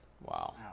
Wow